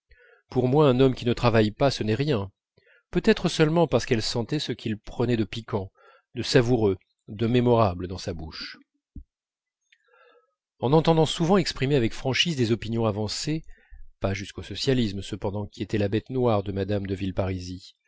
pour moi un homme qui ne travaille pas ce n'est rien peut-être seulement parce qu'elle sentait ce qu'ils prenaient de piquant de savoureux de mémorable dans sa bouche en entendant souvent exprimer avec franchise des opinions avancées pas jusqu'au socialisme cependant qui était la bête noire de mme de